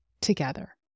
together